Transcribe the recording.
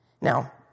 Now